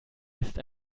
ist